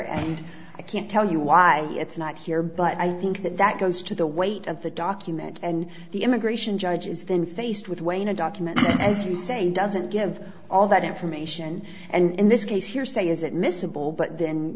and i can't tell you why it's not here but i think that goes to the weight of the document and the immigration judges than faced with wayne a document as you say doesn't give all that information and in this case hearsay is it miscible but then